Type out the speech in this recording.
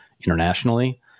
internationally